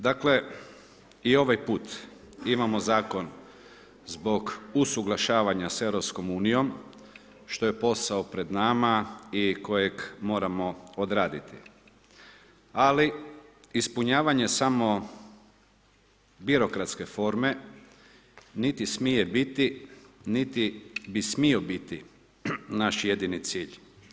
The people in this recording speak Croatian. Dakle, i ovaj put imamo zakon zbog usuglašavanja sa EU-om, što je posao pred nama i kojeg moramo odraditi ali ispunjavanje samo birokratske forme niti smije biti niti bi smio biti naš jedini cilj.